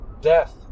death